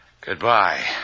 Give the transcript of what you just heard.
Goodbye